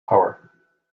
power